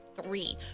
three